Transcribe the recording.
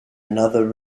another